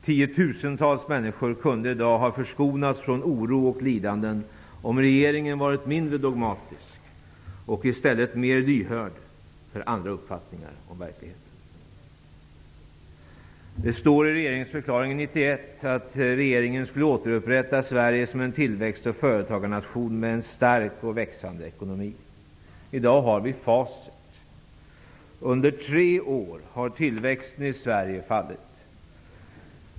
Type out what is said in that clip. Tiotusentals människor kunde i dag ha förskonats från oro och lidande om regeringen varit mindre dogmatisk och i stället mera lyhörd för andra uppfattningar om verkligheten. Det står i regeringsförklaringen 1991 att regeringen skulle ''återupprätta Sverige som en tillväxt och företagarnation med en stark och växande ekonomi''. I dag har vi facit. Under tre år i rad har tillväxten i Sverige fallit.